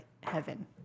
heaven